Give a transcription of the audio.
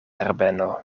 herbeno